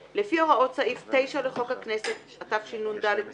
3. לפי הוראות סעיף 9 לחוק הכנסת, התשנ״ד-1994,